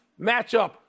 matchup